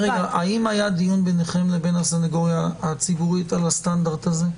האם היה דיון ביניכם לבין הסנגוריה הציבורית על הסטנדרט הזה?